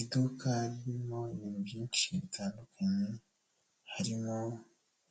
Iduka ririmo ibintu byinshi bitandukanye, harimo